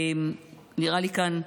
ונראה לי שכאן,